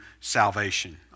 salvation